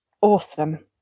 Awesome